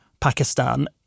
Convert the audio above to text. Pakistan